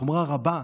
בחומרה רבה,